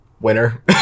Winner